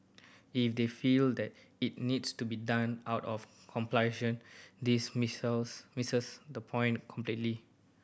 if they feel that it needs to be done out of compulsion this misses the point completely